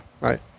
Right